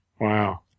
Wow